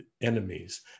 enemies